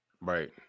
Right